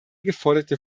geforderte